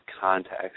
context